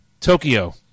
Tokyo